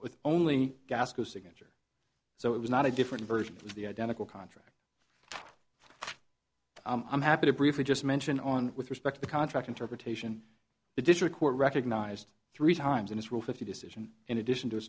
with only gaskell signature so it was not a different version of the identical contract i'm happy to briefly just mention on with respect the contract interpretation the district court recognized three times in its rule fifty decision in addition to